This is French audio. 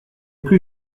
plus